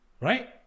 Right